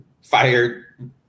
fired